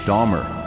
Dahmer